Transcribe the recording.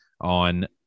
on